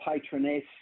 Patroness